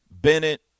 Bennett –